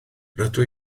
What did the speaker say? rydw